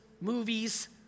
movies